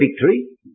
victory